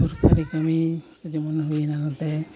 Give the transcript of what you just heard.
ᱥᱚᱨᱠᱟᱨᱤ ᱠᱟᱹᱢᱤ ᱡᱮᱢᱚᱱ ᱦᱩᱭᱱᱟ ᱱᱚᱛᱮ